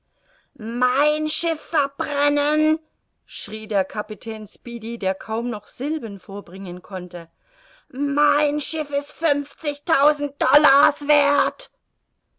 mein schiff verbrennen schrie der kapitän speedy der kaum noch sylben vorbringen konnte mein schiff ist fünfzigtausend dollars werth